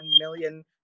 million